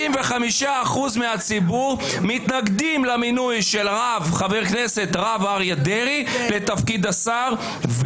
65% מהציבור מתנגדים למינוי של הרב חבר הכנסת אריה דרעי לתפקיד השר,